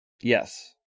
Yes